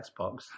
Xbox